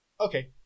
okay